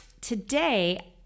today